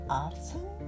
often